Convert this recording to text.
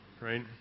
right